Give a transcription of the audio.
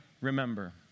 remember